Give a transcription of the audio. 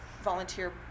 volunteer